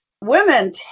Women